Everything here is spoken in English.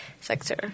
sector